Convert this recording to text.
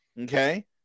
okay